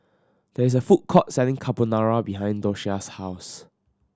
there is a food court selling Carbonara behind Doshia's house